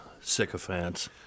sycophants